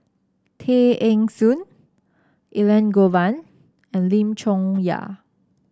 Tay Eng Soon Elangovan and Lim Chong Yah